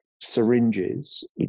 syringes